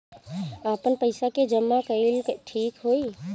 आपन पईसा के जमा कईल ठीक होई?